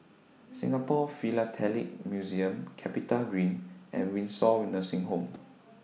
Singapore Philatelic Museum Capitagreen and Windsor were Nursing Home